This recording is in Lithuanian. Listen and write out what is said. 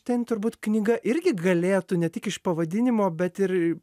ten turbūt knyga irgi galėtų ne tik iš pavadinimo bet ir